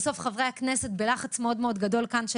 בסוף חברי הכנסת בלחץ מאוד מאוד גדול כאן של